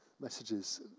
messages